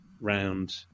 round